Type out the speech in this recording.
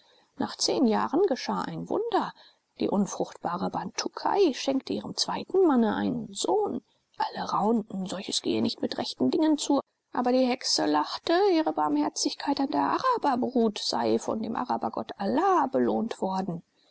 nach zehn jahren geschah ein wunder die unfruchtbare bantukai schenkte ihrem zweiten manne einen sohn alle raunten solches gehe nicht mit rechten dingen zu aber die hexe lachte ihre barmherzigkeit an der araberbrut sei von dem arabergott allah belohnt worden